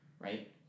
right